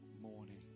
morning